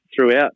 Throughout